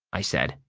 i said.